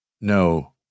no